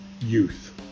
youth